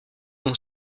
dont